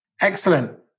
Excellent